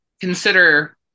consider